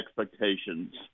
expectations